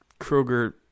Kroger